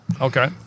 Okay